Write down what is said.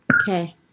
Okay